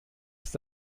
ist